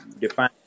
define